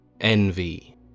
Envy